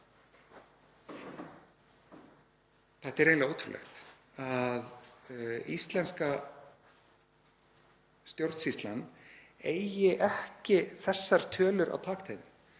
Þetta er eiginlega ótrúlegt, að íslenska stjórnsýslan eigi ekki þessar tölur á takteinum.